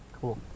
Cool